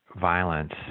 violence